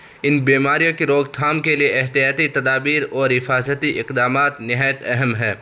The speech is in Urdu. ان بیماریوں کی روک تھام کے لیے احتیاطی تدابیر اور حفاظتی اقدامات نہایت اہم ہے